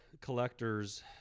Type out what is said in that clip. collectors